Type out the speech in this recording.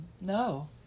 No